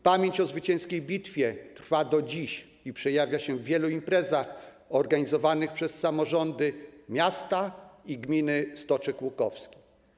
Pamięć o zwycięskiej bitwie trwa do dziś i przejawia się w wielu imprezach organizowanych przez samorządy miasta i gminy Stoczek Łukowski.